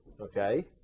okay